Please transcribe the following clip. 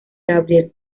gabriel